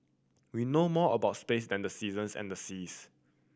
we know more about space than the seasons and the seas